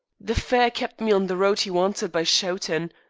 the fare kept me on the road e wanted by shoutin.